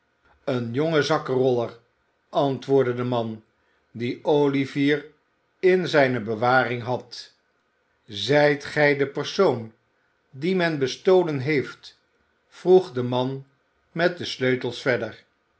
een jonge zakkenroller antwoordde de man die olivier in zijne bewaring had zijt gij de persoon dien men bestolen heeft vroeg de man met de sleutels verder